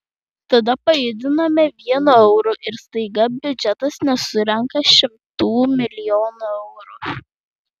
tada pajudiname vienu euru ir staiga biudžetas nesurenka šimtų milijonų eurų